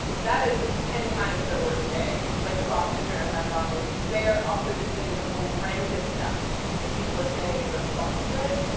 that is ten times their worst day. like the boston marathon bombing, because they are also just seeing the horrendous stuff that people are saying in response to it,